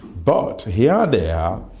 but here they yeah